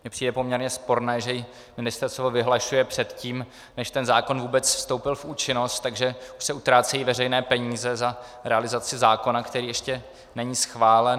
Mně přijde poměrně sporné, že ji ministerstvo vyhlašuje předtím, než ten zákon vůbec vstoupil v účinnost, takže se utrácejí veřejné peníze za realizaci zákona, který ještě není schválen.